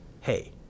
hey